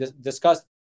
discussed